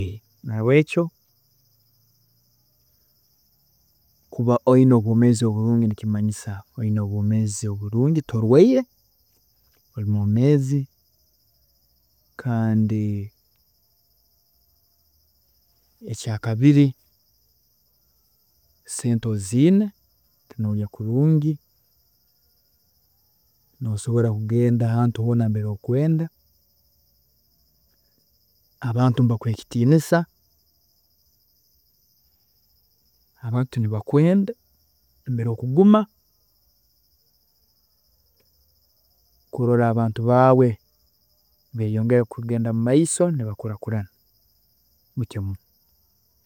Nahabwekyo kuba oyine obwoomeezi oburungi nikimanyisa oyine obwoomeezi oburungi torwiire, oli mwomeezi kandi ekyakabiri sente oziine norya kurungi, nosobola kugenda ahantu hoona mbere okwenda, abantu nibakuha ekitiinisa, abantu nibakwenda mbere okuguma, kurola abantu baawe nibeyongera kugenda mumaiso nibakuraakurana.